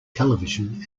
television